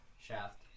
shaft